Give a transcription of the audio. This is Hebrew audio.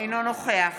אינו נוכח